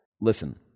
Listen